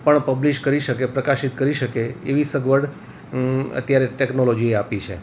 પણ પબ્લિશ કરી શકે પ્રકાશિત કરી શકે એવી સગવડ અત્યારે ટેકનોલોજીએ આપી છે